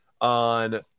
on